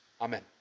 Amen